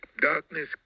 Darkness